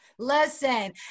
Listen